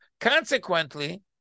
Consequently